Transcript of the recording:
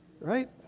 right